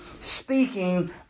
speaking